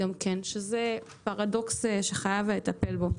שזה פרדוקס שחייבים לטפל בו.